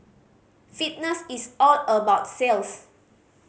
fitness is all about sales